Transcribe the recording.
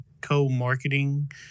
co-marketing